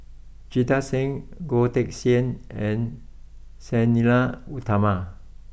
Jita Singh Goh Teck Sian and Sang Nila Utama